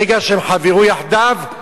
ברגע שהם חברו יחדיו,